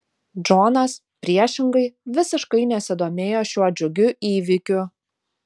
džonas priešingai visiškai nesidomėjo šiuo džiugiu įvykiu